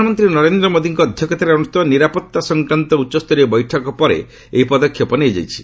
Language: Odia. ପ୍ରଧାନମନ୍ତ୍ରୀ ନରେନ୍ଦ୍ର ମୋଦିଙ୍କ ଅଧ୍ୟକ୍ଷତାରେ ଅନୁଷ୍ଠିତ ନିରାପତ୍ତା ସଂକ୍ରାନ୍ତ ଉଚ୍ଚସ୍ତରୀୟ ବୈଠକ ପରେ ଏହି ପଦକ୍ଷେପ ନିଆଯାଇଛି